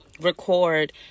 record